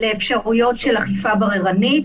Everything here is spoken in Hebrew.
לאפשרויות של אכיפה בררנית,